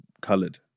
coloured